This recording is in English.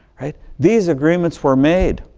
right? these agreements were made.